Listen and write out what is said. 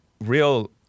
real